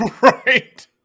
right